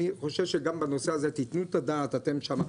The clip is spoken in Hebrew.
אני חושב שגם בנושא הזה תתנו את הדעת, אתם שם.